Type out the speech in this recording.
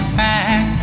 back